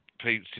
please